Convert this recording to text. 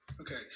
Okay